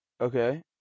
Okay